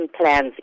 plans